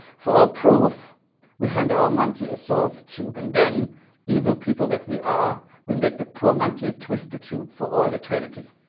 for our proof we hand our monkey a solved cube and then evil people that we are we make the poor monkey twist the cube for all eternity